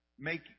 make